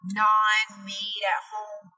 non-made-at-home